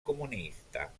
comunista